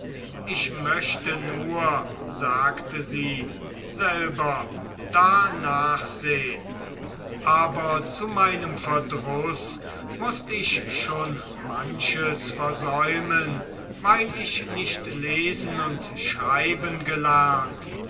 ich möchte nur sagte sie selber da nachsehn aber zu meinem verdruß mußt ich schon manches versäumen weil ich nicht lesen und schreiben gelernt